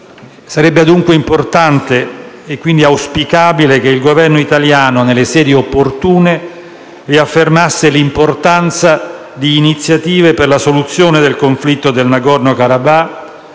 Sarebbe dunque importante, e quindi auspicabile, che il Governo italiano nelle sedi opportune riaffermasse l’importanza di iniziative per la soluzione del conflitto del Nagorno Karabakh,